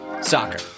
soccer